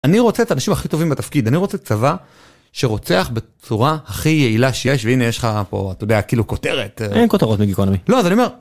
אני רוצה את האנשים הכי טובים בתפקיד, אני רוצה צבא שרוצח בצורה הכי יעילה שיש והנה יש לך פה אתה יודע כאילו כותרת. אין כותרות מגיקונומי. לא אז אני אומר.